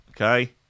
okay